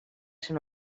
ser